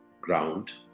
ground